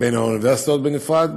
בין האוניברסיטאות בנפרד,